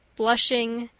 blushing,